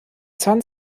san